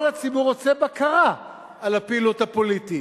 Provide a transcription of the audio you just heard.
כל הציבור רוצה בקרה על הפעילות הפוליטית.